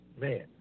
Man